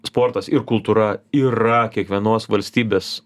sportas ir kultūra yra kiekvienos valstybės